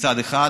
מצד אחד,